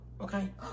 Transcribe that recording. Okay